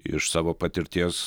iš savo patirties